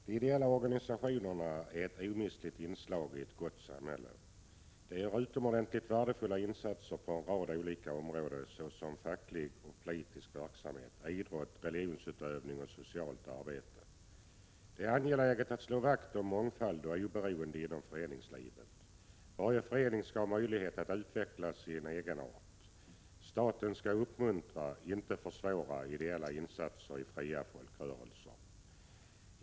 Fru talman! De ideella organisationerna är ett omistligt inslag i ett gott samhälle. De gör utomordentligt värdefulla insatser på en rad olika områden såsom i fråga om facklig och politisk verksamhet, idrott, religionsutövning och socialt arbete. Det är angeläget att slå vakt om mångfald och oberoende inom föreningslivet. Varje förening skall ha möjlighet att utveckla sin egenart. Staten skall uppmuntra, inte försvåra, ideella insatser i fria folkrörelser.